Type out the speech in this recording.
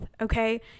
okay